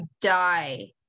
die